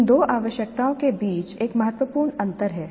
इन दो आवश्यकताओं के बीच एक महत्वपूर्ण अंतर है